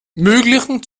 möglichen